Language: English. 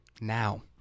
Now